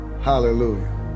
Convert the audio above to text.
Hallelujah